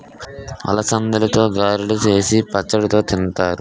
అలసందలతో గారెలు సేసి పచ్చడితో తింతారు